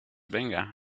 venga